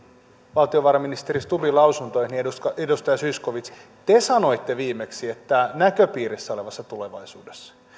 valtiovarainministeri stubbin lausuntoihin edustaja edustaja zyskowicz te sanoitte viimeksi että näköpiirissä olevassa tulevaisuudessa